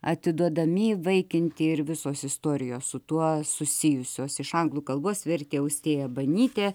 atiduodami įvaikinti ir visos istorijos su tuo susijusios iš anglų kalbos vertė austėja banytė